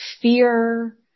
fear